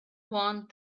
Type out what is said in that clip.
one